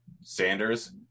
sanders